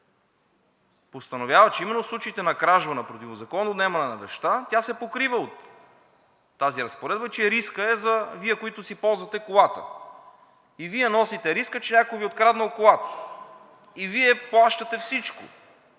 постановява, че именно в случаите на кражба, на противозаконно отнемане на вещта, тя се покрива от тази разпоредба, че рискът е за Вас, които си ползвате колата, и Вие носите риска, че някой Ви е откраднал колата. Вие плащате всичко,